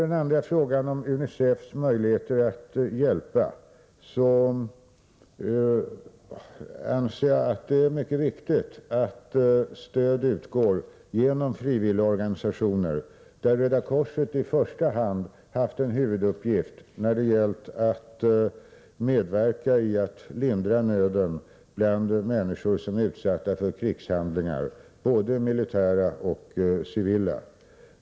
Den andra frågan gällde UNICEF:s möjligheter att hjälpa. Jag anser att det är mycket viktigt att stöd utgår genom frivilliga organisationer. I första hand Röda korset har här haft en huvuduppgift när det gällt att medverka i arbetet för att lindra nöden bland människor som är utsatta för krigshandlingar — både militära och civila sådana.